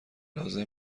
لازم